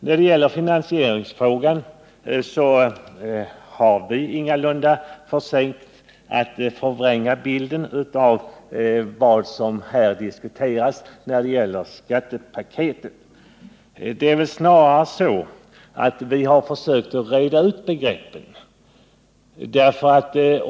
Vad beträffar finansieringsfrågan har vi ingalunda försökt förvränga bilden av vad som här diskuterats i fråga om skattepaketet. Det är väl snarare så att vi har försökt att reda ut begreppen.